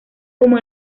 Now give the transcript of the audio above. como